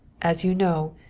as you know,